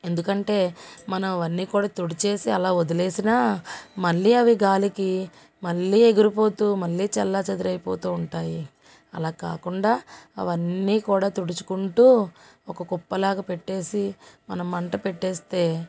ఎందుకంటే మనం అన్ని కూడా తుడిచేసి అలా వదిలేసినా మళ్ళీ అవి గాలికి మళ్ళీ ఎగిరిపోతూ మళ్ళీ చల్లాచదరైపోతూ ఉంటాయి అలా కాకుండా అవన్నీ కూడా తుడుచుకుంటూ ఒక కుప్పలాగా పెట్టేసి మనం మంట పెట్టేస్తే